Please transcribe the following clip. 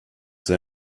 they